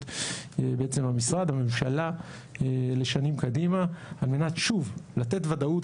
בעצם המשרד והממשלה לשנים קדימה על מנת לתת ודאות.